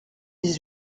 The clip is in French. dix